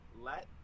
Let